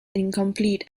incomplete